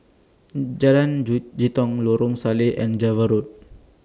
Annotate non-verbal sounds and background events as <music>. Jalan <unintelligible> Jitong Lorong Salleh and Java Road